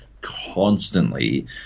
constantly